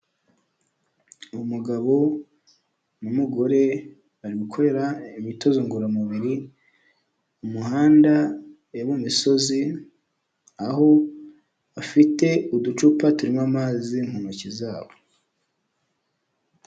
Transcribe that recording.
Umugabo n'umugore bari gukorera imitozo ngororamubiri mu muhanda yo mu misozi aho afite uducupa turimo amazi mu ntoki zabo.